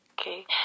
Okay